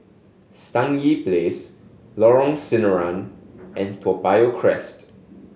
Stangee Place Lorong Sinaran and Toa Payoh Crest